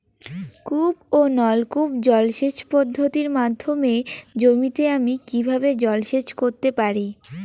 কূপ ও নলকূপ জলসেচ পদ্ধতির মাধ্যমে জমিতে আমি কীভাবে জলসেচ করতে পারি?